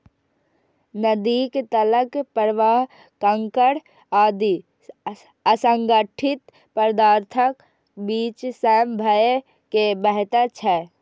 नदीक तलक प्रवाह कंकड़ आदि असंगठित पदार्थक बीच सं भए के बहैत छै